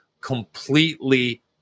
completely